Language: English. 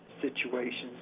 situations